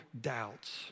doubts